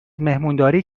مهمونداری